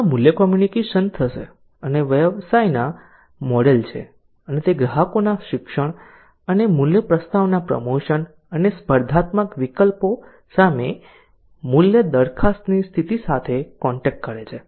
આ મૂલ્ય કોમ્યુનિકેશન થશે અને આ વ્યવસાયનું મોડેલ છે અને તે ગ્રાહકોના શિક્ષણ અને મૂલ્ય પ્રસ્તાવના પ્રમોશન અને સ્પર્ધાત્મક વિકલ્પો સામે મૂલ્ય દરખાસ્તની સ્થિતિ સાથે કોન્ટેક્ટ કરે છે